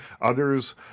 Others